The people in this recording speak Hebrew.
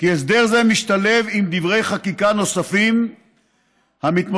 כי הסדר זה משתלב בדברי חקיקה נוספים המתמודדים